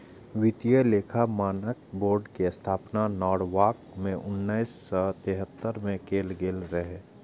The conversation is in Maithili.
वित्तीय लेखा मानक बोर्ड के स्थापना नॉरवॉक मे उन्नैस सय तिहत्तर मे कैल गेल रहै